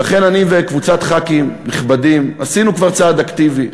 ולכן אני וקבוצת ח"כים נכבדים עשינו כבר צעד אקטיבי,